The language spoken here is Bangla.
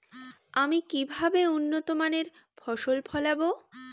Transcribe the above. আমি কিভাবে উন্নত মানের ফসল ফলাবো?